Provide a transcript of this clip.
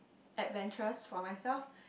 adventurous for myself